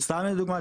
סתם לדוגמה,